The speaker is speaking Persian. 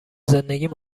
زندگیم